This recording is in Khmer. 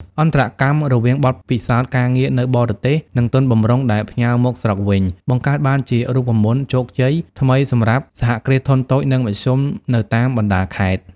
អន្តរកម្មរវាងបទពិសោធន៍ការងារនៅបរទេស និងទុនបំរុងដែលផ្ញើមកស្រុកវិញ បង្កើតបានជា "រូបមន្តជោគជ័យ" ថ្មីសម្រាប់សហគ្រាសធុនតូច និងមធ្យមនៅតាមបណ្ដាខេត្ត។